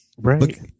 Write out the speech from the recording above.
right